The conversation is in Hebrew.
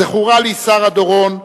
זכורה לי שרה דורון,